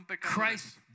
Christ